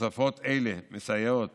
תוספות אלה מסייעות